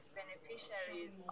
beneficiaries